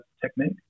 technique